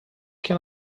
can